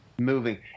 Moving